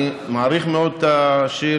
אני מעריך מאוד את השאלה,